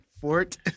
Fort